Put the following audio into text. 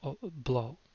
blow